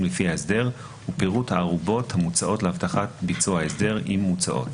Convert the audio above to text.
לפי ההסדר ופירוט הערובות המוצעות להבטחת ביצוע ההסדר אם מוצעות.